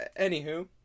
Anywho